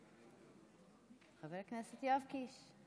חבר הכנסת יואב קיש.